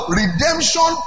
redemption